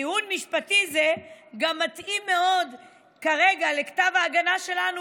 טיעון משפטי זה גם מתאים מאוד כרגע לכתב ההגנה שלנו